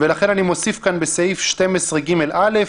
ולכן אני מוסיף כאן בסעיף 12ג(א),